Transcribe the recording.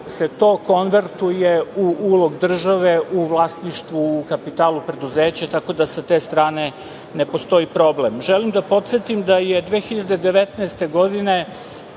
se to konvertuje u ulog države u vlasništvu, u kapitalu preduzeća, tako da sa te strane ne postoji problem. Želim da podsetim da je 2019. godine